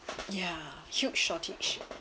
ya huge shortage